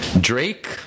Drake